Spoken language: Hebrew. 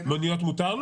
מונית מותר לו?